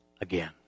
again